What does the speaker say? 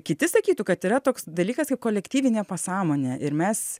kiti sakytų kad yra toks dalykas kaip kolektyvinė pasąmonė ir mes